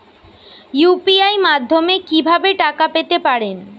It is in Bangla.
ইউ.পি.আই মাধ্যমে কি ভাবে টাকা পেতে পারেন?